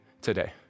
today